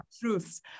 truths